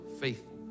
faithful